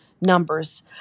numbers